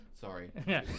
Sorry